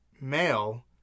male